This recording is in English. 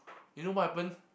you know what happen